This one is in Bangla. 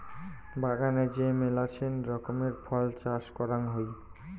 বাগানে যে মেলাছেন রকমের ফল চাষ করাং হই